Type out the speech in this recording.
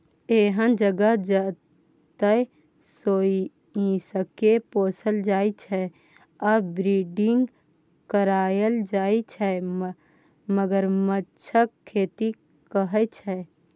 एहन जगह जतय सोंइसकेँ पोसल जाइ छै आ ब्रीडिंग कराएल जाइ छै मगरमच्छक खेती कहय छै